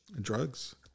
drugs